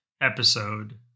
episode